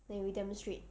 then we demonstrate